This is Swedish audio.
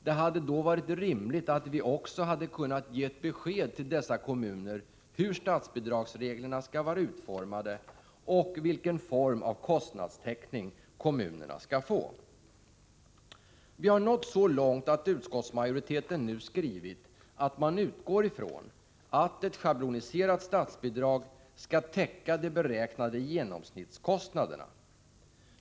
Det hade då varit rimligt att man också hade kunnat ge ett besked till dessa kommuner om hur statsbidragsreglerna skall vara utformade och vilken grad av kostnadstäckning kommunerna skall få. Vi har nått så långt att utskottsmajoriteten nu skrivit att man utgår ifrån att ett schabloniserat statsbidrag skall täcka de beräknade genomsnittskostnaderna.